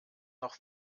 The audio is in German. noch